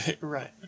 Right